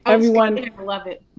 everyone love it.